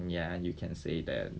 ya you can say that